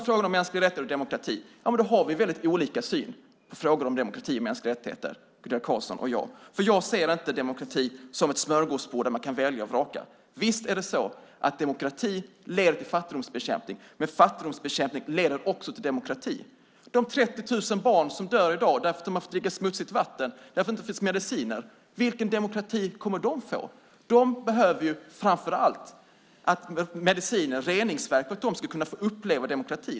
I fråga om mänskliga rättigheter och demokrati har Gunilla Carlsson och jag väldigt olika syn. Jag ser inte demokrati som ett smörgåsbord där man kan välja och vraka. Visst leder demokrati till fattigdomsbekämpning. Men fattigdomsbekämpning leder också till demokrati. De 30 000 barn som dör i dag därför att de har fått dricka smutsigt vatten, därför att det inte finns mediciner, vilken demokrati kommer de att få? De behöver framför allt mediciner och reningsverk för att de ska kunna få uppleva demokrati.